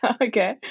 Okay